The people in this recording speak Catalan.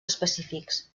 específics